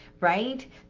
right